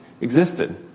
existed